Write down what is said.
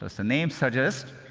as the name suggests,